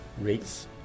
rates